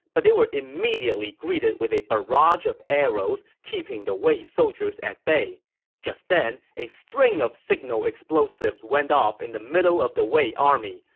but they were immediately greeted with a barrage of arrows, keeping the wei soldiers at bay just then, a string of signal explosives went off in the middle of the wei army.